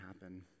happen